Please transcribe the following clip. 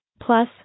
Plus